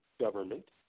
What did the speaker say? government